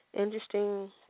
interesting